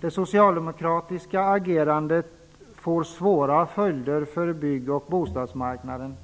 Det socialdemokratiska agerandet får svåra följder för bygg och bostadsmarknaden.